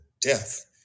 death